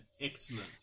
excellent